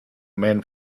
man